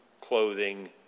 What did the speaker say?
clothing